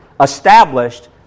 established